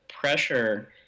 pressure